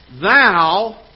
thou